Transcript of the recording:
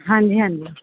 ਹਾਂਜੀ ਹਾਂਜੀ